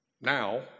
now